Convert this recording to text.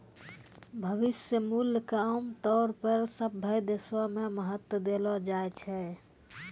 भविष्य मूल्य क आमतौर पर सभ्भे देशो म महत्व देलो जाय छै